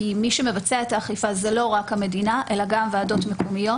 כי מי שמבצע את האכיפה זה לא רק המדינה אלא גם ועדות מקומיות.